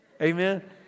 Amen